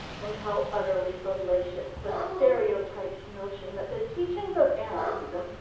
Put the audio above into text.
and how utterly fallacious the stereotyped notion that the teachings of anarchism,